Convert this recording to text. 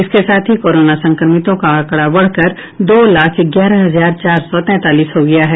इसके साथ ही कोरोना संक्रमितों का आंकड़ा बढ़कर दो लाख ग्यारह हजार चार सौ तैंतालीस हो गया है